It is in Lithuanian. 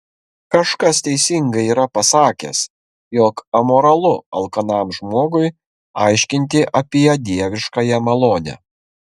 kažkas teisingai yra pasakęs jog amoralu alkanam žmogui aiškinti apie dieviškąją malonę